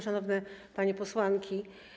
Szanowne Panie Posłanki!